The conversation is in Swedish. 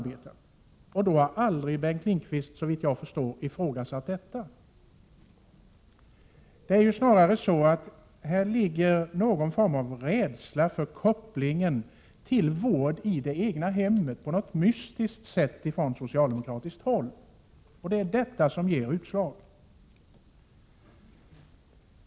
Bengt Lindqvist har aldrig, såvitt jag förstår, ifrågasatt detta. Det är snarare så att det på socialdemokratiskt håll finns någon form av rädsla för kopplingen till vård i det egna hemmet — på något mystiskt sätt — och det är detta som ger utslag.